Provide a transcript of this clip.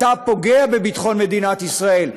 אתה פוגע בביטחון מדינת ישראל.